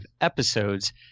episodes